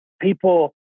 people